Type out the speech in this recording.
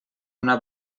una